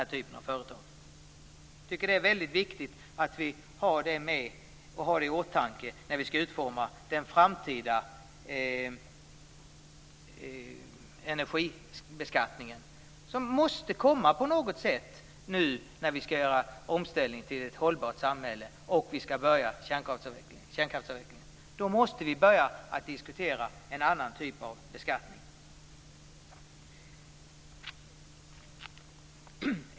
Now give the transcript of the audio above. Jag tycker att det är väldigt viktigt att vi har det i åtanke när vi skall utforma den framtida energibeskattningen, vilket är nödvändigt när vi nu skall genomföra omställningen till ett hållbart samhälle och påbörja kärnkraftsavvecklingen. Då måste vi diskutera en annan typ av beskattning.